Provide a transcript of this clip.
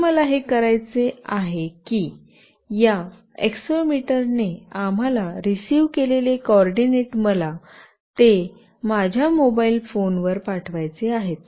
आता मला हे करायचे आहे की या एक्सेलेरोमीटर ने आम्हाला रिसिव्ह केलेले कोऑर्डिनेट मला ते माझ्या मोबाइल फोनवर पाठवायचे आहेत